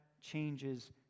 changes